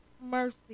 mercy